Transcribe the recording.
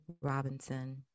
Robinson